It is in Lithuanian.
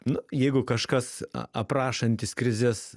nu jeigu kažkas a aprašantis krizes